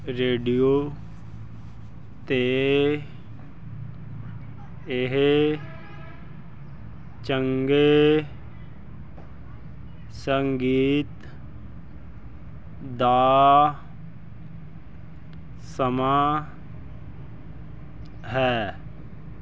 radio 'ਤੇ ਇਹ ਚੰਗੇ ਸੰਗੀਤ ਦਾ ਸਮਾਂ ਹੈ